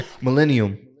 Millennium